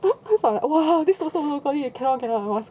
我想 !wah! this also happening cannot cannot must